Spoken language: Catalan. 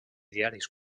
diaris